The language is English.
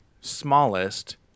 smallest